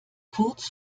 kurz